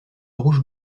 rouge